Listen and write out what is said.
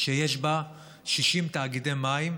שיש בה 60 תאגידי מים,